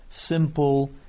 simple